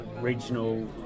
regional